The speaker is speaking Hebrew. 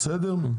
בסדר?